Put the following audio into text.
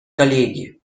коллеги